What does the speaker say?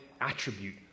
attribute